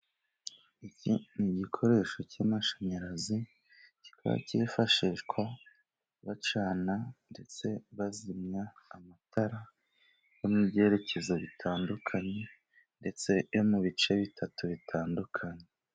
Iki ni igikoresho cy'amashanyarazi kikaba cyifashishwa bacana ndetse bazimya amatara yo mu byerekezo bitandukanye, ndetse no mu bice bitatu bitandukanye.